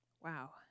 Wow